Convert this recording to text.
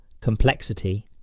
complexity